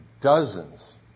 dozens